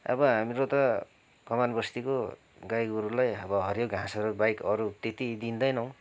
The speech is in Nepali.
अब हाम्रो त कमान बस्तीको गाई गोरूलाई अब हरियो घाँसहरू बाहेक अरू त्यति दिँदैनौ